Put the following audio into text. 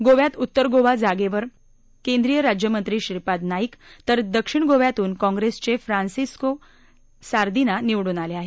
गोव्यात उत्तर गोवा जागेवर केंद्रीय राज्यमंत्री श्रीपाद नाईक तर दक्षिण गोव्यातून कॉंग्रेसचे फ्रान्सिसको सार्दिना निवडून आले आहेत